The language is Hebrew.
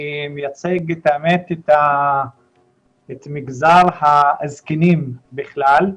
אני מייצג את מגזר הזקנים בכלל,